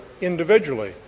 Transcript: individually